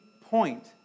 point